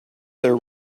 their